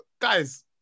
guys